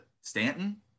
Stanton